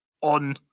on